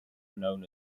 known